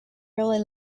really